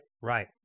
Right